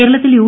കേരളത്തിൽ യു